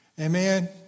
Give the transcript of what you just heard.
Amen